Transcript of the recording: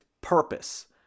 purpose